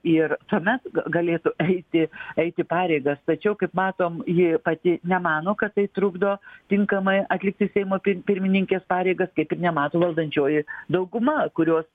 ir tuomet ga galėtų eiti eiti pareigas tačiau kaip matom ji pati nemano kad tai trukdo tinkamai atlikti seimo pi pirmininkės pareigas kaip ir nemato valdančioji dauguma kurios